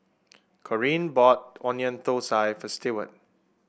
Corene bought Onion Thosai for Stewart